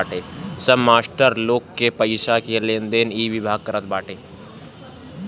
सब मास्टर लोग के पईसा के लेनदेन इ विभाग करत बाटे